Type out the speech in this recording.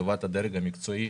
לטובת הדרג המקצועי,